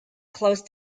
close